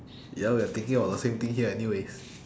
ya we are thinking about the same thing here anyways